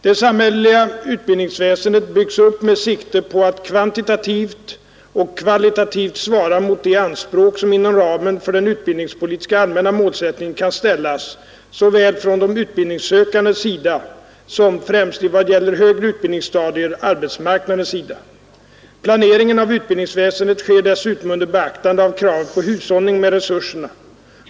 Det samhälleliga utbildningsväsendet byggs upp med sikte på att kvantitativt och kvalitativt svara mot de anspråk som inom ramen för den utbildningspolitiska allmänna målsättningen kan ställas från såväl de utbildningssökandes sida som, främst i vad gäller högre utbildningsstadier, arbetsmarknadens sida. Planeringen av utbildningsväsendet sker dessutom under beaktande av kravet på hushållning med resurserna.